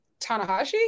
Tanahashi